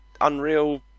Unreal